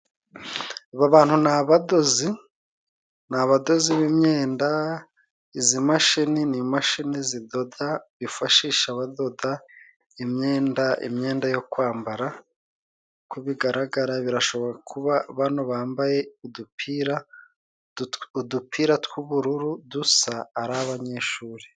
Aba bantu ni abadozi ni abadozi b'imyenda izi mashini ni imashini zidoda bifashisha badoda imyenda imyenda yo kwambara uko bigaragara birashoboka kuba bano bambaye udupira udupira tw'ubururu dusa ari abanyeshuri.